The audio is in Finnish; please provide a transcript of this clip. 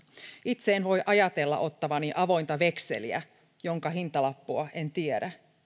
itse en voi ajatella ottavani avointa vekseliä jonka hintalappua en tiedä